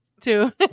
Two